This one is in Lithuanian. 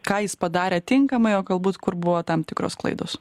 ką jis padarė tinkamai o galbūt kur buvo tam tikros klaidos